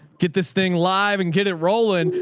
get this thing live and get it rolling.